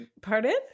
pardon